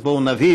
אז בואו נבהיר.